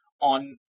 on